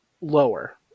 lower